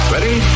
Ready